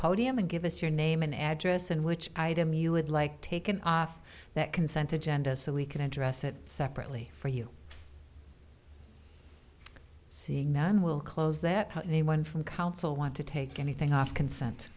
podium and give us your name and address and which item you would like taken off that consent agenda so we can address it separately for you seeing none will close that anyone from counsel want to take anything off consent